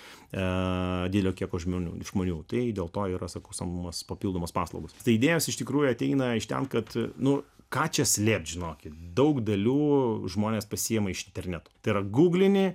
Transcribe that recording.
didelio kiekio žmonių žmonių tai dėl to yra sakau samdomos papildomos paslaugos žaidėjas iš tikrųjų ateina iš ten kad nu ką čia slėpt žinokit daug dalių žmonės pasiima iš interneto tai yra gūglini